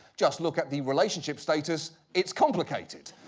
just look at the relationship status it's complicated,